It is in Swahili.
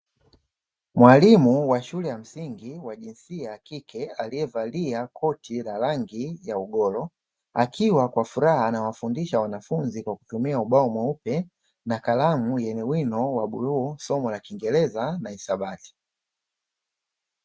Mwalimu wa shule ya msingi wa jinsia ya kike aliyevalia koti la rangi ya ugoro, akiwa kwa furaha anawafundisha wanafunzi kwa kutumia ubao mweupe na kalamu yenye wino wa bluu somo la kiingereza na hisabati.